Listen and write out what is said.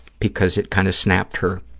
because it kind of snapped her